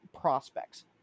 prospects